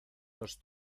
nos